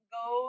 go